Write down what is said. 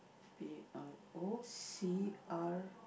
P_R_O_C_R